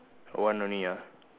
one only ah